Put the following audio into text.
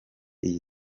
iyi